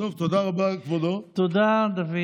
תודה רבה, כבודו, ולהתראות.